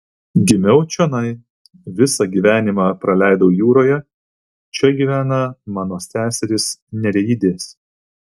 gimiau čionai visą gyvenimą praleidau jūroje čia gyvena mano seserys nereidės